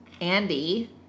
Andy